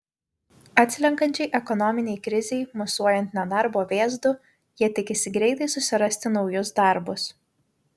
atslenkančiai ekonominei krizei mosuojant nedarbo vėzdu jie tikisi greitai susirasti naujus darbus